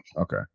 Okay